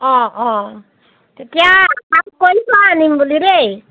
অঁ অঁ তেতিয়া আগ কৰিছোঁ আৰু আনিম বুলি দেই